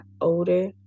older